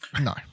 No